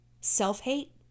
self-hate